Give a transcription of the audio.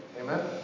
Amen